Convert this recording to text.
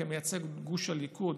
כמייצג גוש הליכוד,